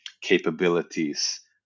capabilities